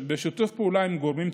בשיתוף פעולה עם גורמים טיפוליים,